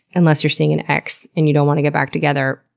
unless you're seeing an ex, and you don't want to get back together.